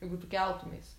jeigu tu keltumeis